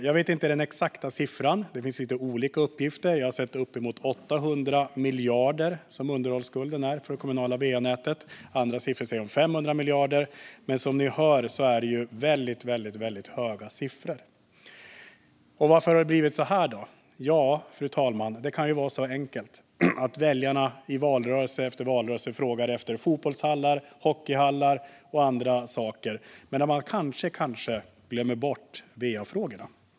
Jag vet inte den exakta siffran, och det finns lite olika uppgifter, men jag har sett uppgifter om att underhållsskulden är på uppemot 800 miljarder för det kommunala va-nätet. Andra siffror visar att det är 500 miljarder. Men som ni hör är det väldigt höga siffror. Varför har det blivit så här? Det kan vara så enkelt, fru talman, att väljarna i valrörelse efter valrörelse frågar efter fotbollshallar, hockeyhallar och andra saker och att de kanske glömmer bort va-frågorna.